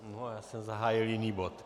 Já jsem zahájil jiný bod.